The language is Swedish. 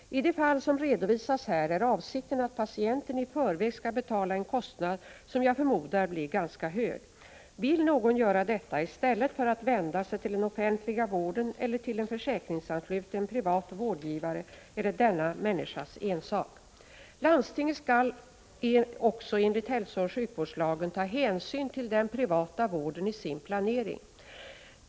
I det fall som redovisas här är avsikten att patienten i förväg skall betala en kostnad som jag förmodar blir ganska hög. Vill någon göra detta i stället för att vända sig till den offentliga vården eller till en försäkringsansluten privat vårdgivare är det denna människas ensak. Landstinget skall också enligt hälsooch sjukvårdslagen ta hänsyn till den privata vården i sin planering.